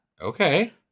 Okay